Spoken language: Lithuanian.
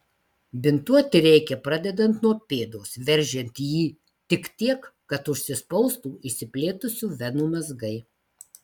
bintuoti reikia pradedant nuo pėdos veržiant jį tik tiek kad užsispaustų išsiplėtusių venų mazgai